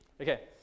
okay